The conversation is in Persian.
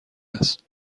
است